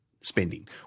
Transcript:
spending